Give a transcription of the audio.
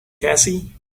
cassie